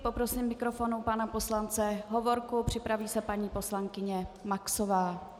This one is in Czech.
Poprosím k mikrofonu pana poslance Hovorku, připraví se paní poslankyně Maxová.